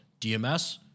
DMS